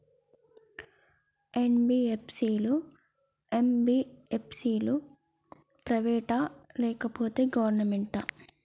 NBFC లు, MBFC లు private ఆ లేకపోతే గవర్నమెంటా?